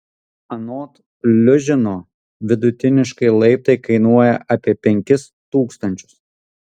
anot liužino vidutiniškai laiptai kainuoja apie penkis tūkstančius